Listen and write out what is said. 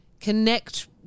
connect